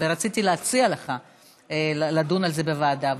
ורציתי להציע לך לדון על זה בוועדה,